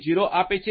0 આપે છે